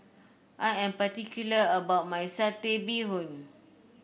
I am particular about my Satay Bee Hoon